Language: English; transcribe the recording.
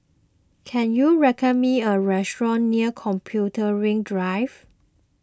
can you recommend me a restaurant near Computing Drive